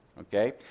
Okay